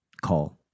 call